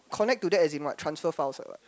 connect to that as in what transfer files or what